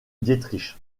dietrich